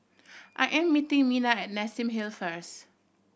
I am meeting Mina at Nassim Hill first